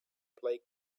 play